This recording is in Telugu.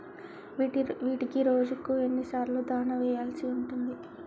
వీటికి రోజుకు ఎన్ని సార్లు దాణా వెయ్యాల్సి ఉంటది?